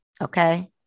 okay